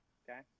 okay